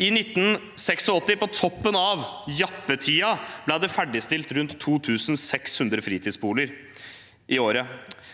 I 1986, på toppen av jappetiden, ble det ferdigstilt rundt 2 600 fritidsboliger.